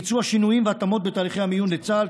ביצוע שינויים והתאמות בתהליכי המיון לצה"ל,